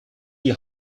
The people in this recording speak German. die